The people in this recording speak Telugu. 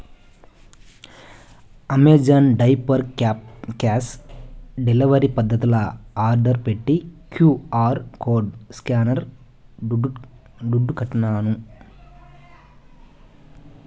అమెజాన్ డైపర్ క్యాష్ డెలివరీ పద్దతిల ఆర్డర్ పెట్టి క్యూ.ఆర్ కోడ్ స్కానింగ్ల దుడ్లుకట్టినాను